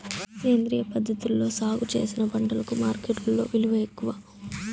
సేంద్రియ పద్ధతిలో సాగు చేసిన పంటలకు మార్కెట్టులో విలువ ఎక్కువ